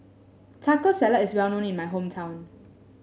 Taco Salad is well known in my hometown